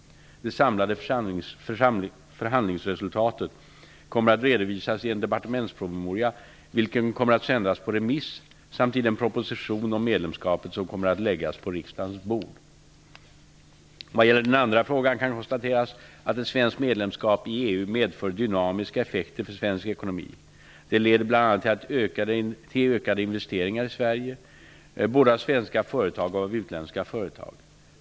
Det samlade förhandlingsresultatet kommer att redovisas i en departementspromemoria, vilken kommer att sändas på remiss, samt i den proposition om medlemskapet som kommer att läggas på riksdagens bord. Vad gäller den andra frågan kan konstateras att ett svenskt medlemskap i EU medför dynamiska effekter för svensk ekonomi. Det leder bl.a. till ökade investeringar i Sverige, både av svenska företag och av utländska företag.